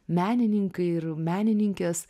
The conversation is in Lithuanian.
menininkai ir menininkės